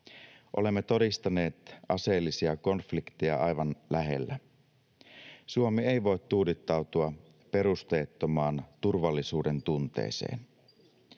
Olemme todistaneet aseellisia konflikteja aivan lähellä. Suomi ei voi tuudittautua perusteettomaan turvallisuudentunteeseen.